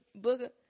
booger